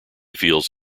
feels